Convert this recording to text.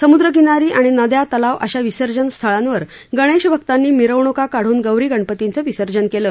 सम्द्रकिनारी आणि नदया तलाव अशा विसर्जन स्थळांवर गणेशभक्तांनी मिरवणुका काढ़न गौरी गणपतींचं विसर्जन केलं